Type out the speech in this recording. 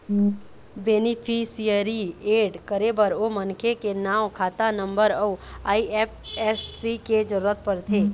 beneficiary add करे बर ओ मनखे के नांव, खाता नंबर अउ आई.एफ.एस.सी के जरूरत परथे